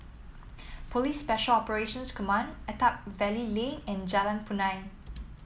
Police Special Operations Command Attap Valley Lane and Jalan Punai